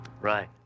Right